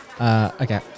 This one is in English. okay